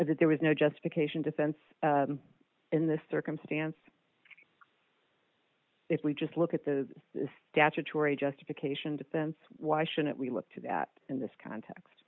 that there was no justification defense in this circumstance if we just look at the statutory justification defense why shouldn't we look to that in this context